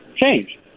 change